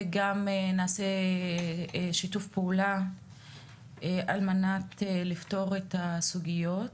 וגם נעשה שיתוף פעולה על מנת לפתור את הסוגיות.